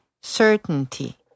certainty